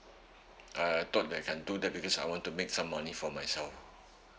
I I thought that can do that because I want to make some money for myself